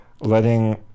letting